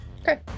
Okay